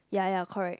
ya ya correct